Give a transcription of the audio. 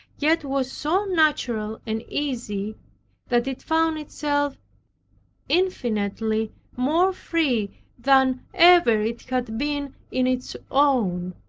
yet was so natural and easy that it found itself infinitely more free than ever it had been in its own.